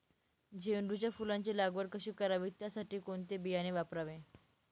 झेंडूच्या फुलांची लागवड कधी करावी? त्यासाठी कोणते बियाणे वापरावे?